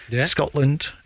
Scotland